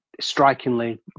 strikingly